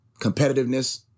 competitiveness